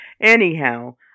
Anyhow